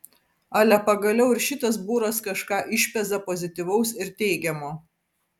ale pagaliau ir šitas būras kažką išpeza pozityvaus ir teigiamo